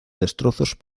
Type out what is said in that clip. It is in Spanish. destrozos